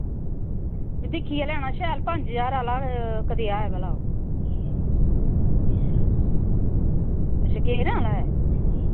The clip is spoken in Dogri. ते दिक्खियै लैना शैल पंज ज्हार आह्ला कनेहा ऐ भला ओह् अच्छा गेयरें आह्ला ऐ